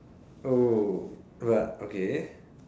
oh but okay